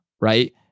right